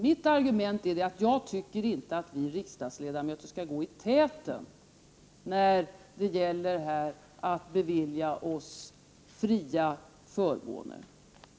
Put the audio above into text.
Mitt argument är att jag inte tycker att vi riksdagsledamöter skall gå i täten när det gäller fria förmåner, som vi här beviljar oss själva.